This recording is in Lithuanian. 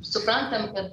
suprantam kad